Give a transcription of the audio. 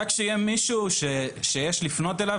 רק שיהיה מישהו שאפשר יהיה לפנות אליו.